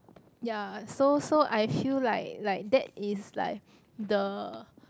ya so so I feel like like that is like the